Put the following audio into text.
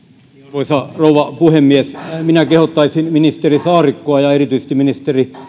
arvoisa rouva puhemies minä kehottaisin ministeri saarikkoa ja erityisesti ministeri